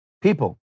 people